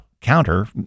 counter